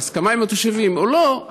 בהסכמה עם התושבים או לא,